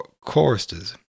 choristers